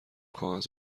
کاغذ